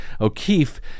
O'Keefe